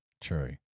True